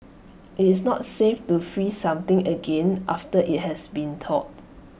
IT is not safe to freeze something again after IT has been thawed